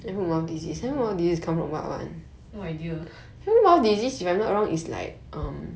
no idea